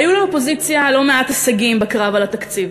היו לאופוזיציה לא מעט הישגים בקרב על התקציב,